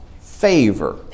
favor